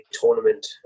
tournament